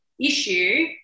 issue